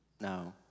No